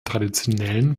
traditionellen